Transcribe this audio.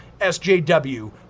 SJW